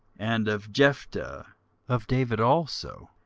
and of jephthae of david also,